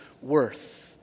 worth